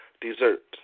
dessert